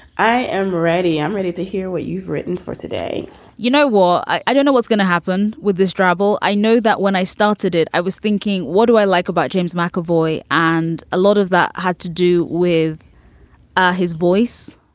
i am ready. i'm ready to hear what you've written for today you know what? i i don't know what's gonna happen with this drabble. i know that when i started it, i was thinking, what do i like about james mcavoy? and a lot of that had to do with his voice.